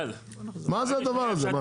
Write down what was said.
מה זה הדבר הזה?